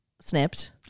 snipped